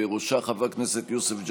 ובראשה חבר הכנסת יוסף ג'בארין.